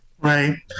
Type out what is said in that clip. Right